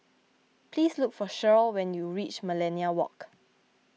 please look for Shirl when you reach Millenia Walk